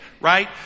right